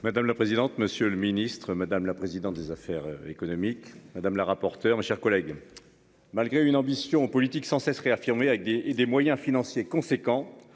Madame la présidente, monsieur le ministre, madame la présidente des affaires économiques. Madame la rapporteure, mes chers collègues. Malgré une ambition politique sans cesse réaffirmée avec des des moyens financiers conséquents.